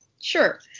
sure